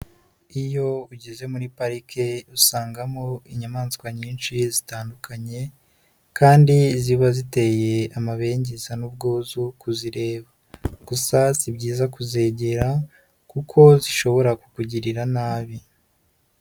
Iyo ugeze muri parike usangamo inyamaswa nyinshi zitandukanye kandi ziba ziteye amabengeza n'ubwuzu kuzireba, gusa si byiza kuzegera kuko zishobora kukugirira nabi.